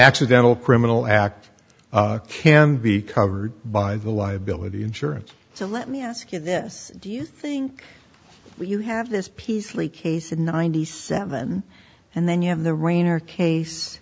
accidental criminal act can be covered by the liability insurance so let me ask you this do you think you have this piece lee case in ninety seven and then you have the rainer case